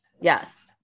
Yes